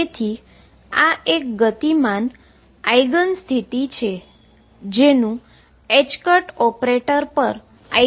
તેથી આ એક મોમેન્ટમ આઈગન સ્ટેટ છે જેનું ℏk ઓપરેટર પર આઈગન વેલ્યુ છે